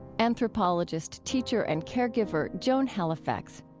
anthropologist, teacher and caregiver joan halifax.